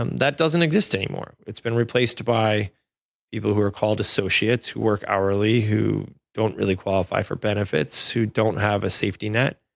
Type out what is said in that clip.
um that doesn't exit anymore. it's been replaced by people who are called associates who work hourly, who don't really qualify for benefits, who don't have a safety net.